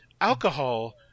Alcohol